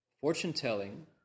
fortune-telling